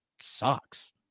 Sucks